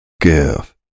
give